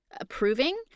approving